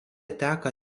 teka